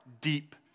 deep